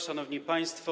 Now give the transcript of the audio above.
Szanowni Państwo!